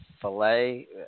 Filet